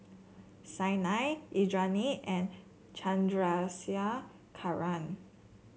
Saina Indranee and Chandrasekaran